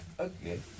Okay